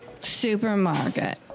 Supermarket